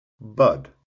bud